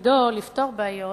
שתפקידו לפתור בעיות,